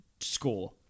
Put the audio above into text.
score